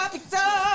Victor